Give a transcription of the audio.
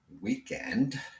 weekend